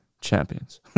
champions